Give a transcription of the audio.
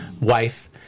wife